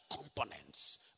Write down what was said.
components